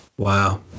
wow